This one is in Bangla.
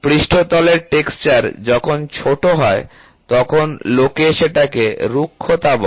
পৃষ্ঠতলের টেক্সচার যখন ছোট হয় তখন লোকে সেটাকে রুক্ষতা বলে